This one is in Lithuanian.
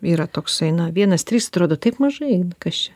yra toksai na vienas trys atrodo taip mažai kas čia